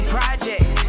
Project